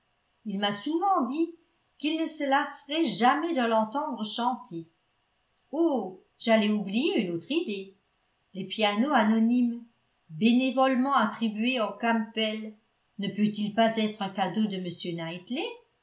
il m'a souvent dit qu'il ne se lasserait jamais de l'entendre chanter oh j'allais oublier une autre idée le piano anonyme bénévolement attribué aux campbell ne peut-il pas être un cadeau de